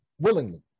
willingly